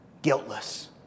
guiltless